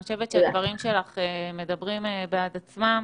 אני חושבת שהדברים שלך מדברים בעד עצמם